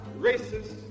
racist